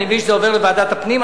אני מבין שזה עובר לוועדת הפנים,